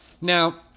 Now